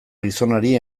gizonari